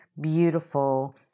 beautiful